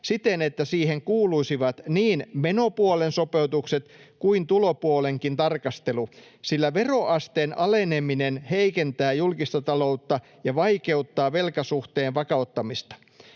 siten, että siihen kuuluisivat niin menopuolen sopeutukset kuin tulopuolenkin tarkastelu, sillä veroasteen aleneminen heikentää julkista taloutta ja vaikeuttaa velkasuhteen vakauttamista.